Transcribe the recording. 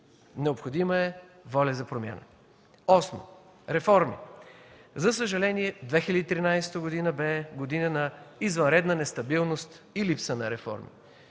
Необходима е воля за промяна. Осмо, реформи. За съжаление 2013 г. бе година на извънредна нестабилност и липса на реформи.